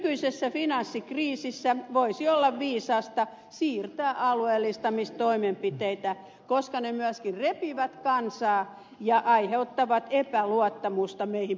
nykyisessä finanssikriisissä voisi olla viisasta siirtää alueellistamistoimenpiteitä koska ne myöskin repivät kansaa ja aiheuttavat epäluottamusta meihin poliitikkoihin